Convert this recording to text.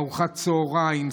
ארוחת צוהריים,